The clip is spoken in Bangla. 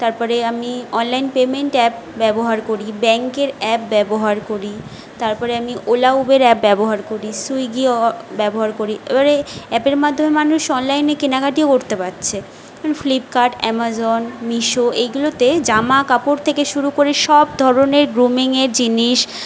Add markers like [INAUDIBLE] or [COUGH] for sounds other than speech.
তারপরে আমি অনলাইন পেমেন্ট অ্যাপ ব্যবহার করি ব্যাঙ্কের অ্যাপ ব্যবহার করি তারপরে আমি ওলা উবের অ্যাপ ব্যবহার করি সুইগি অ [UNINTELLIGIBLE] ব্যবহার করি এবারে অ্যাপের মাধ্যমে মানুষ অনলাইনে কেনাকাটাও করতে পারছে ফ্লিপকার্ট অ্যামাজন মিশো এইগুলোতে জামাকাপড় থেকে শুরু করে সব ধরনের গ্রুমিং এর জিনিস